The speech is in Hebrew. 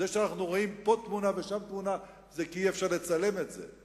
זה שאנחנו רואים פה תמונה ושם תמונה זה כי אי-אפשר לצלם את זה.